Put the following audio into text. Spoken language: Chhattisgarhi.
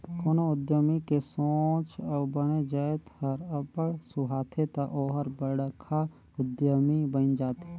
कोनो उद्यमी के सोंच अउ बने जाएत हर अब्बड़ सुहाथे ता ओहर बड़खा उद्यमी बइन जाथे